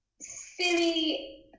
silly